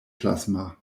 plasma